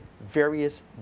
various